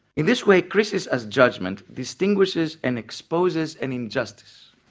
in this way krisis as judgment distinguishes and exposes an injustice.